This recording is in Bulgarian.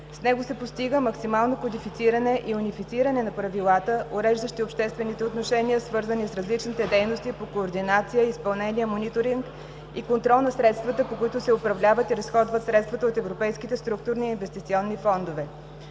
С него се постигна максимално кодифициране и унифициране на правилата, уреждащи обществените отношения, свързани с различните дейности по координация, изпълнение, мониторинг и контрол на средствата, по които се управляват и разходват средствата от европейските структурни и инвестиционни фондове.